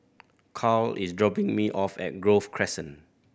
Karl is dropping me off at Grove Crescent